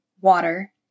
water